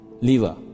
liver